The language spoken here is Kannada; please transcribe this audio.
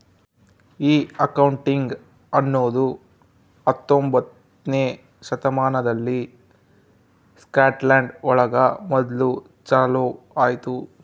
ಈ ಅಕೌಂಟಿಂಗ್ ಅನ್ನೋದು ಹತ್ತೊಂಬೊತ್ನೆ ಶತಮಾನದಲ್ಲಿ ಸ್ಕಾಟ್ಲ್ಯಾಂಡ್ ಒಳಗ ಮೊದ್ಲು ಚಾಲೂ ಆಯ್ತು